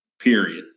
Period